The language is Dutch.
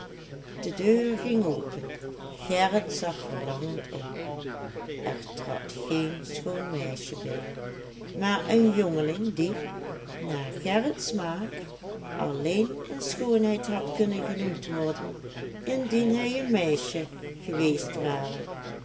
de deur ging open gerrit zag verlangend om er trad geen schoon meisje binnen maar een jongeling die naar gerrits smaak alleen een schoonheid had kunnen genoemd worden indien hij een meisje geweest ware